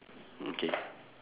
okay